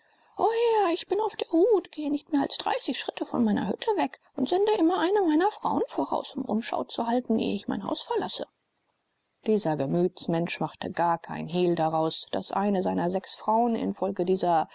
o herr ich bin auf der hut gehe nicht mehr als dreißig schritte von meiner hütte weg und sende immer eine meiner frauen voraus um umschau zu halten ehe ich mein haus verlasse dieser gemütsmensch machte gar kein hehl daraus das eine seiner sechs frauen infolge dieser